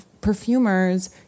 perfumers